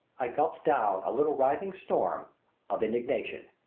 i gulped down a little rising storm of indignation.